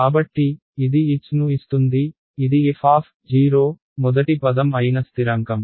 కాబట్టి ఇది h ను ఇస్తుంది ఇది f మొదటి పదం అయిన స్థిరాంకం